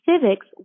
civics